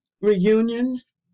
Reunions